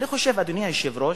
אדוני היושב-ראש,